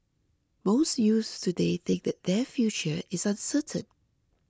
most youths today think that their future is uncertain